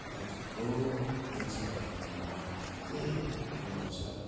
अब थुप्रो मान्छेहरूलाई खाना पकाउने अनुभव छ